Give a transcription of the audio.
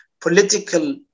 political